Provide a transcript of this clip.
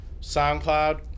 SoundCloud